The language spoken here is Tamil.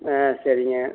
ஆ சரிங்க